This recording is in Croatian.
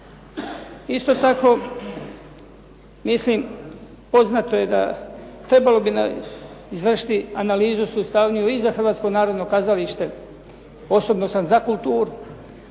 Isto tako, mislim poznato je da trebalo bi izvršiti analizu sustavniju i za Hrvatsko narodno kazalište. Osobno sam za kulturu,